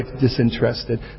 disinterested